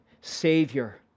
Savior